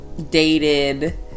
dated